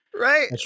Right